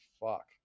fuck